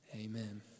amen